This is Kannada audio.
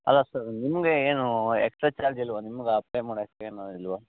ಅಲ್ಲ ಸರ್ ನಿಮಗೆ ಏನು ಎಕ್ಸ್ಟ್ರಾ ಚಾರ್ಚ್ ಇಲ್ವ ನಿಮ್ಗೆ ಪೇ ಮಾಡಕೆ ಏನು ಇಲ್ವಾ